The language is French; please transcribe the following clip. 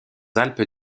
alpes